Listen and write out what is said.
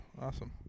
awesome